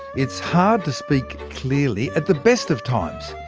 it's hard to speak clearly at the best of times.